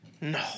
No